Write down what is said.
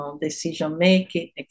decision-making